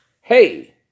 hey